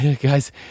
guys